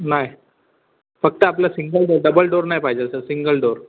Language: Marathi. नाही फक्त आपल्या सिंगल डोअर डबल डोअर नाही पाहिजे सर सिंगल डोअर